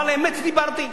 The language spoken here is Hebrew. אבל אמת דיברתי,